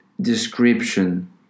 description